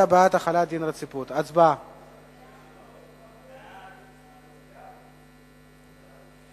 להחיל דין רציפות על הצעת חוק ציוד רפואי,